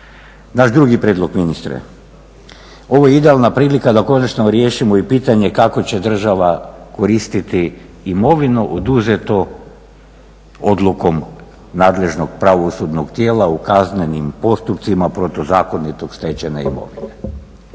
Naš drugi prijedlog ministre, ovo je idealna prilika da konačno riješimo i pitanje kako će država koristiti imovinu oduzeti odlukom nadležnog pravosudnog tijela u kaznenim postupcima protuzakonito stečene imovine.